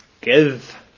give